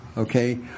Okay